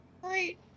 great